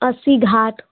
असि घाट